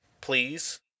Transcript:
please